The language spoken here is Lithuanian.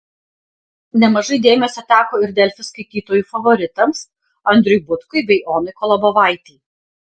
nemažai dėmesio teko ir delfi skaitytojų favoritams andriui butkui bei onai kolobovaitei